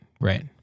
right